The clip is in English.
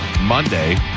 Monday